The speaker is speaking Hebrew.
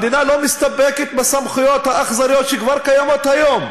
המדינה לא מסתפקת בסמכויות האכזריות שכבר קיימות היום,